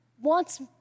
wants